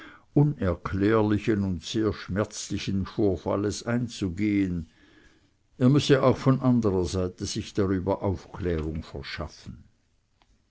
unerklärlichen und sehr schmerzlichen vorfalles einzugehen er müsse auch von anderer seite sich darüber aufklärung verschaffen